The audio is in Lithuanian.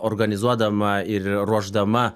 organizuodama ir ruošdama